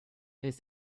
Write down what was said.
this